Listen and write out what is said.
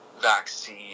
vaccine